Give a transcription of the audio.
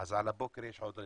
אז על הבוקר יש עוד רצח.